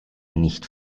nicht